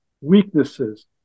weaknesses